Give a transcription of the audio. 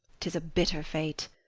tis a bitter fate.